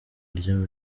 rya